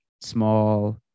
Small